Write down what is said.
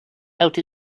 out